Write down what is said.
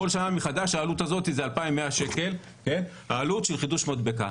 כל שנה מחדש העלות הזאת היא 2,100 שקלים עבור חידוש מדבקה.